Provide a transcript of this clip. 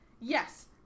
yes